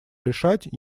решать